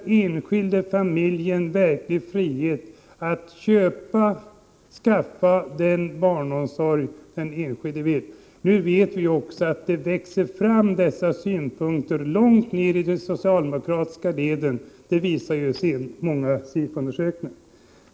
Då får den enskilda familjen verklig frihet att skaffa den barnomsorg den vill. Vi vet också att dessa synpunkter växer fram långt nere i de socialdemokratiska leden, det visar många undersökningar.